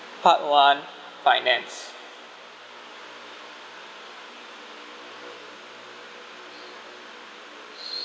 part one finance